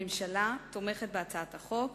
הממשלה תומכת בהצעת החוק,